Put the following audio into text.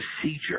procedure